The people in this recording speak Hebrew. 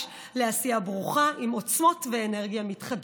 לעשייה ברוכה עם עוצמות ואנרגיה מתחדשת.